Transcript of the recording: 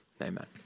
Amen